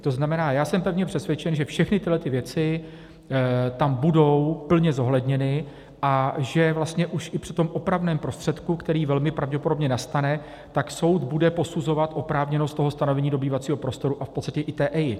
To znamená, já jsem pevně přesvědčen, že všechny tyhle věci tam budou plně zohledněny a že vlastně už i při tom opravném prostředku, který velmi pravděpodobně nastane, tak soud bude posuzovat oprávněnost toho stanovení dobývacího prostoru a v podstatě i té EIA.